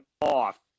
off